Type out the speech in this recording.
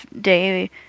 day